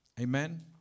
Amen